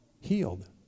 healed